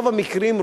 ברוב המקרים,